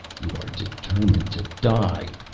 you are determined to die.